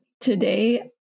Today